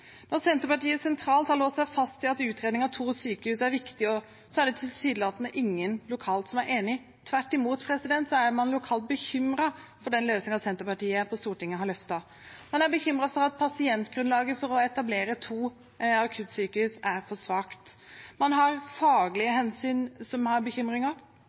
Når Senterpartiet sentralt har låst seg fast i at utredning av to sykehus er viktig, er det tilsynelatende ingen lokalt som er enig. Tvert imot er man lokalt bekymret for den løsningen Senterpartiet på Stortinget har løftet. Man er bekymret for at pasientgrunnlaget for å etablere to akuttsykehus er for svakt. Man har faglige hensyn som gir bekymringer.